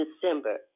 December